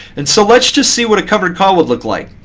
and so let's just see what a covered call would look like.